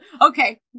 okay